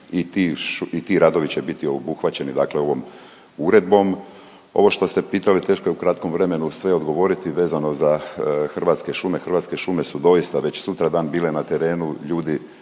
i ti radovi će biti obuhvaćeni dakle ovom Uredbom. Ovo što ste pitali teško je u kratkom vremenu sve odgovoriti vezano za Hrvatske šume. Hrvatske šume su doista već sutradan bile na terenu, ljudi